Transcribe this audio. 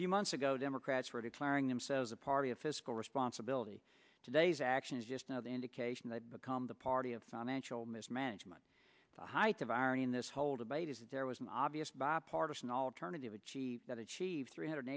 few months ago democrats were declaring themselves a party of fiscal responsibility today's action is just another indication they've become the party of financial mismanagement the height of irony in this whole debate is that there was an obvious bipartisan alternative achieve that achieved three hundred